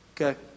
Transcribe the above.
Okay